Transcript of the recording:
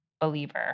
believer